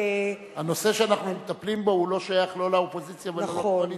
הנושא שאנחנו מטפלים בו לא שייך לא לאופוזיציה ולא לקואליציה.